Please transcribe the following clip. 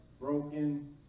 broken